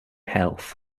health